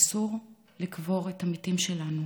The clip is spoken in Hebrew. אסור לקבור את המתים שלנו.